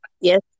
Yes